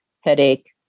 headache